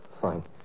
fine